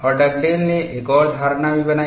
और डगडेल ने एक और धारणा भी बनाई